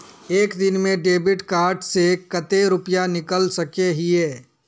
एक दिन में डेबिट कार्ड से कते रुपया निकल सके हिये?